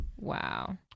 wow